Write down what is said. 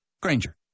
Granger